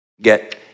get